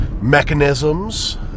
mechanisms